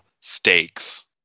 stakes